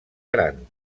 gran